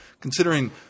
Considering